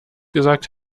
gesagt